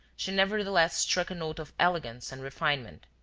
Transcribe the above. she nevertheless struck a note of elegance and refinement.